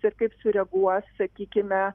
ir kaip sureaguos sakykime